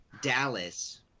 Dallas